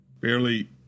barely